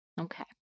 Okay